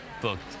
booked